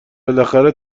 بالاخره